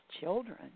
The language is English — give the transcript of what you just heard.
children